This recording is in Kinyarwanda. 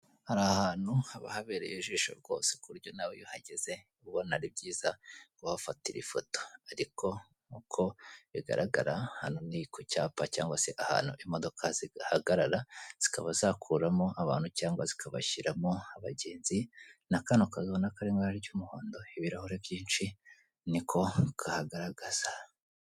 Hari ahantu haba habereye ijisho rwose ku buryo nawe uhageze ubona ari byiza kuhafatira ifoto; ariko nk'uko bigaragara hano ni ku cyapa cyangwa se ahantu imodoka zihagarara. Zikaba zakuramo abantu cyangwa zikabashyiramo abagenzi, na kano kazu ubona kari mu ibara ry'umuhondo ibirahure byinshi ni ko kahagaragaza.